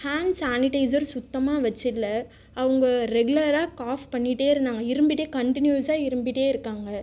hunt sanitiser சுத்தமாக வச்சிர்ல அவங்க ரெகுலராக காஃப் பண்ணிட்டே இருந்தாங்கள் இருமிட்டே கன்டினியூசாக இருமிட்டேயிருக்காங்க